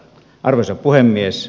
arvoisa puhemies